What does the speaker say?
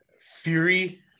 Fury